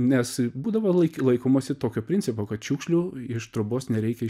nes būdavo laik laikomasi tokio principo kad šiukšlių iš trobos nereikia